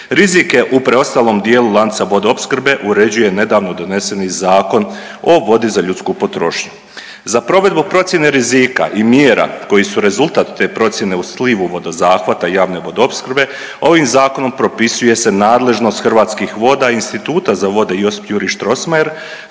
Rizike u preostalom dijelu lanca vodoopskrbe uređuje nedavno doneseni Zakon o vodi za ljudsku potrošnju. Za provedbu procjene rizika i mjera koji su rezultat te procjene u slivu vodozahvata javne vodoopskrbe ovim zakonom propisuje se nadležnost Hrvatskih voda, Instituta za vode Josip Juraj Strossmayer.